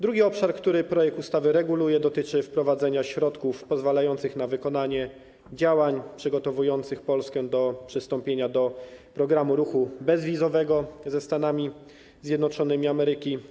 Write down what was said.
Drugi obszar, który projekt ustawy reguluje, dotyczy wprowadzenia środków pozwalających na wykonanie działań przygotowujących Polskę do przystąpienia do programu ruchu bezwizowego ze Stanami Zjednoczonymi Ameryki.